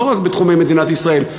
לא רק בתחומי מדינת ישראל,